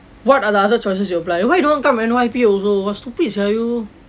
what are the other choices you apply why you don't want come N_Y_P also !wah! stupid sia you